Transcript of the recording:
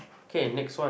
K next one